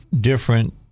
different